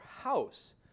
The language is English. house